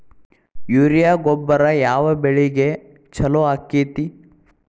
Urea ಗೊಬ್ಬರ ಯಾವ ಬೆಳಿಗೆ ಛಲೋ ಆಕ್ಕೆತಿ?